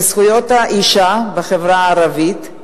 בזכויות האשה בחברה הערבית.